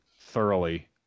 thoroughly